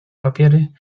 papiery